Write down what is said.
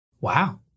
Wow